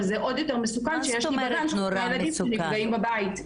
אבל זה עוד יותר מסוכן שיש ילדים שנפגעים בבית,